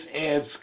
adds